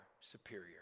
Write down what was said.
superior